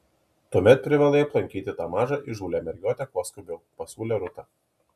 tuomet privalai aplankyti tą mažą įžūlią mergiotę kuo skubiau pasiūlė rūta